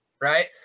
right